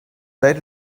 late